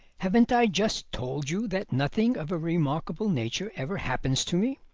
haven't i just told you that nothing of a remarkable nature ever happens to me?